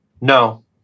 No